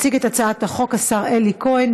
יציג את הצעת החוק השר אלי כהן,